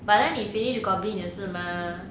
but then 你 finished goblin 也是吗